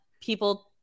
people